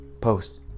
post